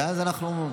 ואז אנחנו,